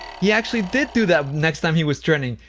he actually did do that next time he was trending.